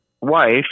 wife